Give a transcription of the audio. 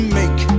make